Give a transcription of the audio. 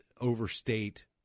overstate